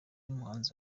umuhanzi